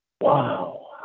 wow